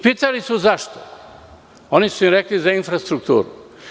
Pitali su zašto, a oni su im rekli za infrastrukturu.